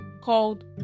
called